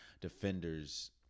defenders